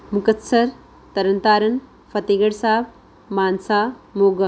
Muktsar Tarn Taran Fatehgarh Sahib Mansa Moga